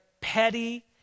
petty